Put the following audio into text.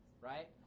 right